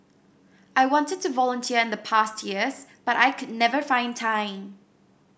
I wanted to volunteer in the past years but I could never find time